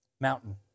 mountain